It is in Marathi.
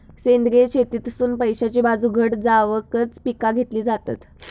सेंद्रिय शेतीतसुन पैशाची बाजू घट जावकच पिका घेतली जातत